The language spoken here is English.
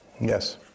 Yes